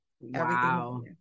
wow